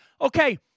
okay